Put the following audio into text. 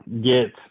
get